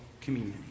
community